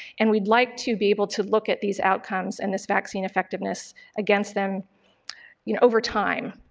and we'd like to be able to look at these outcomes and this vaccine effectiveness against them you know over time,